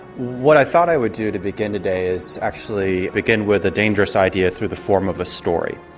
what i thought i would do to begin today is actually begin with a dangerous idea through the form of a story.